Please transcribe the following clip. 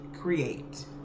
create